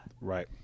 right